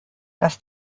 das